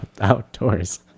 outdoors